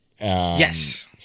Yes